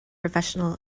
professional